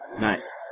Nice